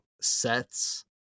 sets